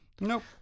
Nope